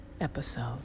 episode